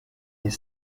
les